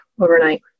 overnight